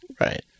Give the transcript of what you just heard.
Right